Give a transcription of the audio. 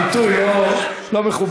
ביטוי לא מכובד.